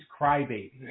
crybaby